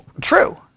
True